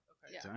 Okay